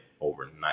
overnight